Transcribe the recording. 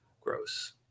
gross